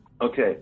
Okay